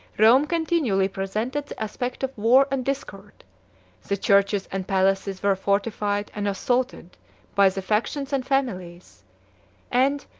rome continually presented the aspect of war and discord the churches and palaces were fortified and assaulted by the factions and families and,